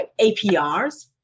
APRs